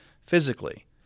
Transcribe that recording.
physically